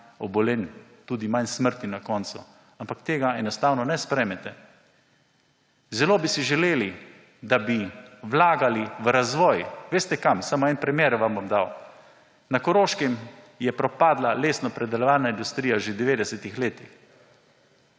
potem manj smrti na koncu, ampak tega enostavno ne sprejmete. Zelo bi si želeli, da bi vlagali v razvoj. Veste, kam? Samo en primer vam bom dal. Na Koroškem je propadla lesnopredelovalna industrija že v 90. letih.